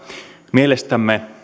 mielestämme